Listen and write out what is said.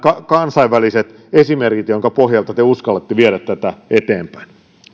kansainväliset esimerkit joiden pohjalta te uskallatte viedä tätä eteenpäin